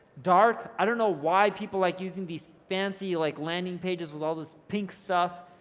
dark. i don't know why people like using these fancy like landing pages with all this pink stuff.